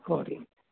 घरे